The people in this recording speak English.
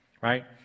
right